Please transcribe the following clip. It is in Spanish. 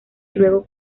luego